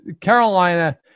Carolina